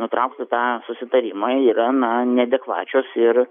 nutraukti tą susitarimą yra na neadekvačios ir